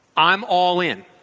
i'm all in,